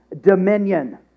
dominion